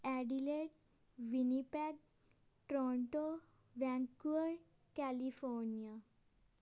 Adelaide Winnipeg Toronto Vancouver California